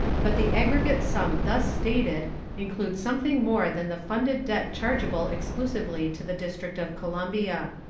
but the aggregate sum thus stated includes something more than the funded debt chargeable exclusively to the district of columbia.